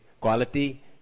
Quality